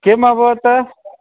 किम् अभवत्